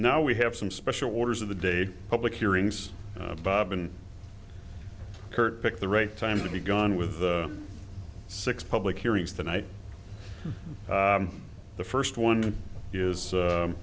now we have some special orders of the day public hearings bob and kurt picked the right time to be gone with the six public hearings tonight the first one is